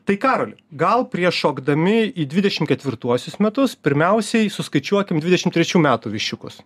tai karoli gal prieš šokdami į dvidešimt ketviruosius metus pirmiausiai suskaičiuokim dvidešimt trečių metų viščiukus